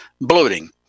bloating